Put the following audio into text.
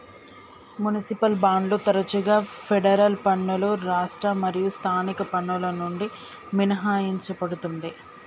municipal బాండ్లు తరచుగా federal పన్నులు రాష్ట్ర మరియు స్థానిక పన్నుల నుండి మినహాయించబడతుండే